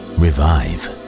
revive